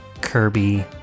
Kirby